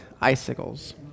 icicles